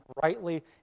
brightly